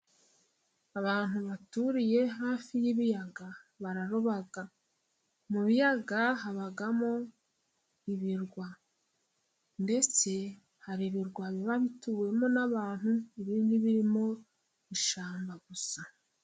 Abantu baturiye hafi y'ibiyaga bararoba, mu biyaga habamo ibirwa ndetse hari ibirwa biba bituwemo n'abantu, ibindi birimo ishyamba gusa.